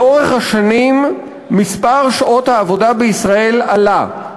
לאורך השנים מספר שעות העבודה בישראל עלה.